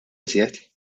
iżjed